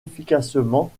efficacement